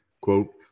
Quote